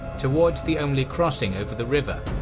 towards the only crossing over the river,